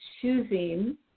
choosing